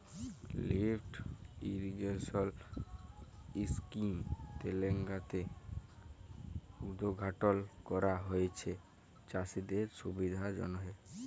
lift irrigation scheme তেলেঙ্গালাতে উদঘাটল ক্যরা হঁয়েছে চাষীদের সুবিধার জ্যনহে